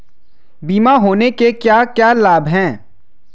बीमा होने के क्या क्या लाभ हैं?